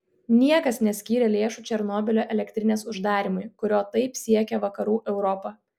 niekas neskyrė lėšų černobylio elektrinės uždarymui kurio taip siekia vakarų europa